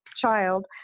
child